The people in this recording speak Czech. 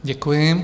Děkuji.